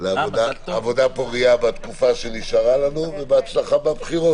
עבודה פורייה בתקופה שנשארה לנו, ובהצלחה בבחירות.